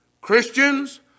Christians